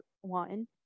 one